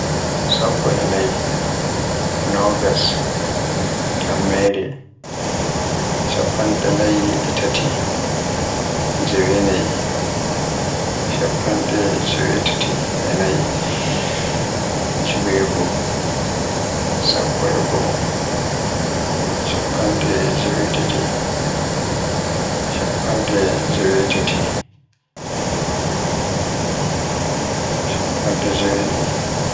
Sappo e nay, nogas, tammere, chappande nay e tati, jewenay, chappande jewetati e nay, jewegoo, sappo e goo, chappende jewedidi, chappande jewetati, chappande jewenay.